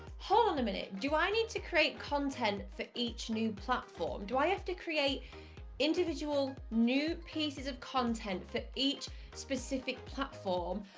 hold on a minute, do i need to create content for each new platform? do i have to create individual, new pieces of content for each specific platform?